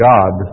God